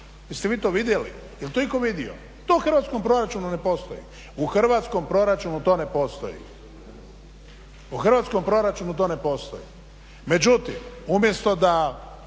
Jeste vi to vidjeli, jel to itko vidio. To u hrvatskom proračunu ne postoji. U hrvatskom proračunu to ne postoji. Međutim, umjesto da